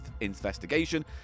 investigation